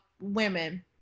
Women